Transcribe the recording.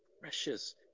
precious